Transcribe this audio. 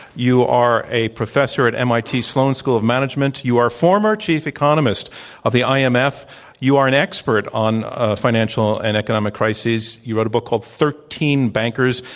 you are a professor at mit sloan school of management. you are former chief economist of the um imf. you are an expert on ah financial and economic crises. you wrote a book called, thirteen bankers,